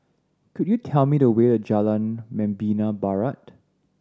could you tell me the way to Jalan Membina Barat